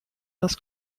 das